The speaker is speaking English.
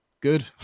good